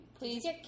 Please